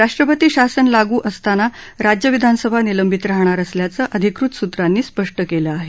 राष्ट्रपती शासन लागू असताना राज्य विधानसभा निलंबित राहणार असल्याचं अधिकृत सूत्रांनी स्पष्ट केलं आहे